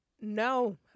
No